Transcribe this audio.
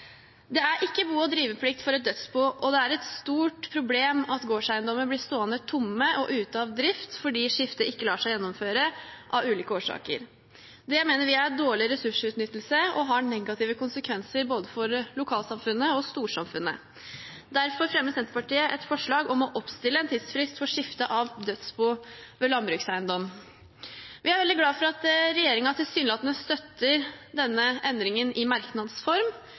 Det er ikke bo- og driveplikt for et dødsbo, og det er et stort problem at gårdseiendommer blir stående tomme og ute av drift fordi skifte ikke lar seg gjennomføre, av ulike årsaker. Det mener vi er dårlig ressursutnyttelse og har negative konsekvenser for både lokalsamfunnet og storsamfunnet. Derfor er Senterpartiet med på forslaget om å oppstille en tidsfrist for skifte av dødsbo ved landbrukseiendommer. Vi er veldig glad for at regjeringen tilsynelatende støtter denne endringen i